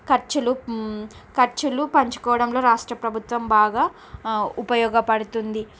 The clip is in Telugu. ఖర్చులు ఖర్చులు పంచుకోవడంలో రాష్ట్ర ప్రభుత్వం బాగా ఉపయోగపడుతుంది